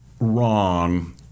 wrong